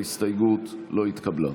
ההסתייגות לא התקבלה.